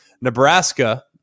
Nebraska